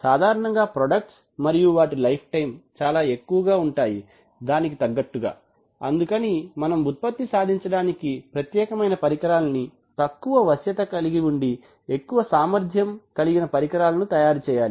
సాధారణంగా ప్రొడక్ట్స్ మరియు వాటి లైఫ్ టైమ్ చాలా ఎక్కువగా ఉంటాయి దానికి తగ్గట్టుగా అందుకని మనం ఉత్పత్తి సాధించడానికి ప్రత్యేకమైన పరికరాల్ని తక్కువ వశ్యత ఉండి ఎక్కువ సామర్ధ్యం కలిగిన పరికరాలను తయారు చేయాలి